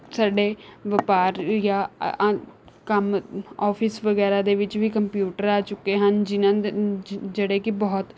ਸਾਡੇ ਵਪਾਰ ਜਾਂ ਆਂ ਕੰਮ ਔਫਿਸ ਵਗੈਰਾ ਦੇ ਵਿੱਚ ਵੀ ਕੰਪਿਊਟਰ ਆ ਚੁੱਕੇ ਹਨ ਜਿਨ੍ਹਾਂ ਦੇ ਜਿ ਜਿਹੜੇ ਕਿ ਬਹੁਤ